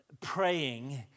praying